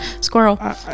squirrel